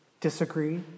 disagree